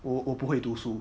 我我不会读书